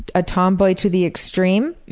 a tomboy to the extreme,